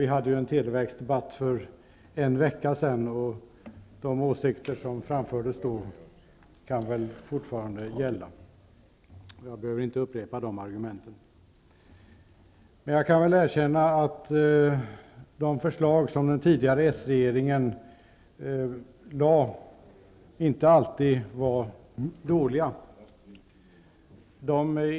Vi hade ju en televerksdebatt för en vecka sedan. De åsikter som då framfördes kan väl fortfarande få gälla. Jag behöver inte upprepa de argumenten. Jag kan erkänna att de förslag som den tidigare socialdemokratiska regeringen lade fram inte alltid var dåliga.